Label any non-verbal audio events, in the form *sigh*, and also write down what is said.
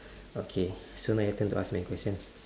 *breath* okay so now your turn to ask my questions